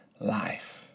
life